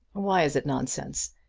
why is it nonsense?